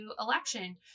election